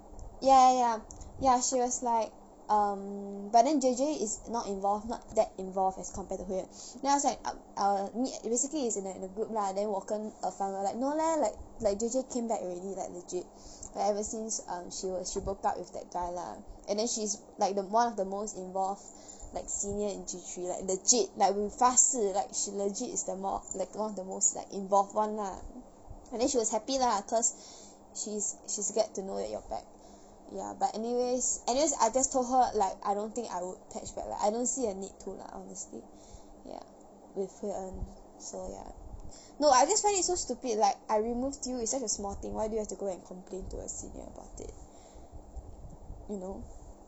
ya ya ya ya she was like um but then J J is not involved not that involved as compared to hui en then I was like ah err ne~ basically is in a in a group lah then 我跟 er fan were like no leh like like J J came back already like legit but ever since um she was she broke up with that guy lah and then she's like the one of the most involved like senior in G three like legit like we 发誓 like she legit is the more like one of the most like involve [one] lah and then she was happy lah cause she is she's glad to know that you're back ya but anyways anyways I just told her like I don't think I would patch back I don't see a need to lah honestly ya with hui en so ya no I just find it so stupid like I removed you it's such a small thing why do you have to go and complain to a senior about it you know